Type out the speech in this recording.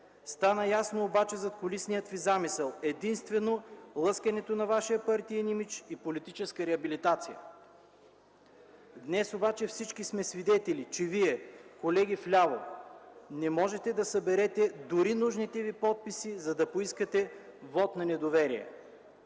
Стана ясен обаче задкулисният Ви замисъл: единствено лъскането на Вашия партиен имидж и политическа реабилитация. Днес обаче всички сме свидетели, че Вие, колеги вляво, не можете да съберете дори нужните Ви подписи, за да поискате вот на недоверие.